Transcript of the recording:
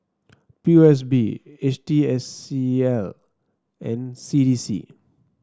P O S B H T S C I and C D C